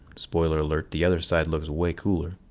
spoiler alert the other side looks way cooler.